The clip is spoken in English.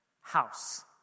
house